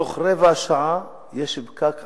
בתוך רבע שעה יש פקק עצום.